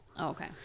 Okay